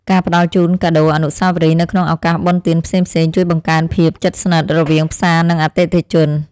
ការផ្ដល់ជូនកាដូអនុស្សាវរីយ៍នៅក្នុងឱកាសបុណ្យទានផ្សេងៗជួយបង្កើនភាពជិតស្និទ្ធរវាងផ្សារនិងអតិថិជន។